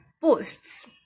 posts